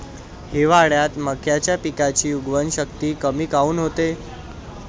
हिवाळ्यात मक्याच्या पिकाची उगवन शक्ती कमी काऊन होते?